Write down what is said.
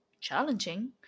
challenging